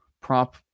prop